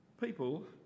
People